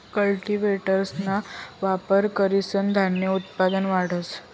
कल्टीव्हेटरना वापर करीसन धान्य उत्पादन वाढस